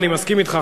אני מסכים אתך,